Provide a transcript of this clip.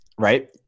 Right